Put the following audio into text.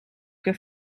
què